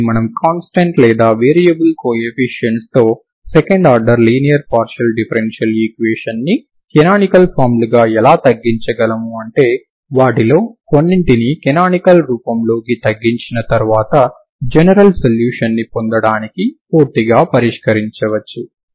కాబట్టి మనం కాంస్టాంట్ లేదా వేరియబుల్ కోఎఫీషియంట్స్తో second order linear partial differential ఈక్వేషన్ను కనానికల్ ఫామ్ లుగా ఎలా తగ్గించగలము అంటే వాటిలో కొన్నింటిని కనానికల్ రూపంలోకి తగ్గించిన తర్వాత జనరల్ సొల్యూషన్ ని పొందడానికి పూర్తిగా పరిష్కరించవచ్చు